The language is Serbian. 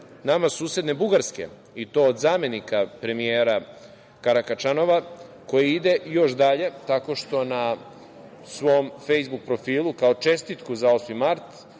nama susedne Bugarske, i to od zamenika premijera Karakačanova, koji ide još dalje tako što na svom Fejsbuk profilu kao čestitku za osmi mart,